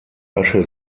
asche